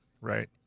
right